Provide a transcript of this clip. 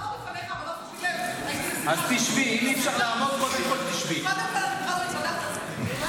אי-אפשר לעמוד בפניך, אבל